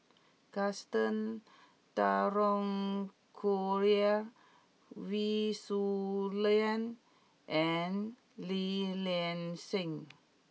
Gaston Dutronquoy Wee Shoo Leong and Li Nanxing